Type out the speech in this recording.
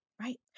right